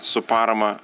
su parama